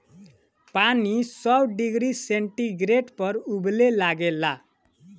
पानी सौ degree centigrade पर उबले लागेला